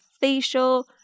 facial